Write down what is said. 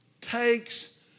takes